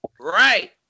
Right